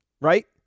Right